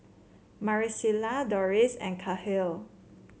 Maricela Dorris and Kahlil